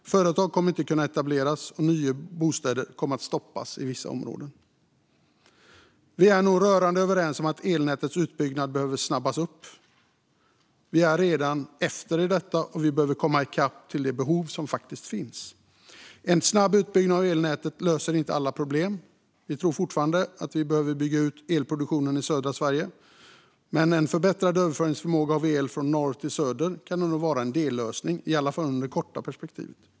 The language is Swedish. Företag kommer inte att kunna etableras, och nya bostäder kommer att stoppas i vissa områden. Vi är nog rörande överens om att elnätets utbyggnad behöver snabbas upp. Vi är redan efter i detta och behöver komma ikapp det behov som faktiskt finns. En snabb utbyggnad av elnätet löser inte alla problem. Vi tror fortfarande att vi behöver bygga ut elproduktionen i södra Sverige, men en förbättrad överföringsförmåga för el från norr till söder kan ändå vara en dellösning, i alla fall i ett kort perspektiv.